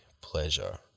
pleasure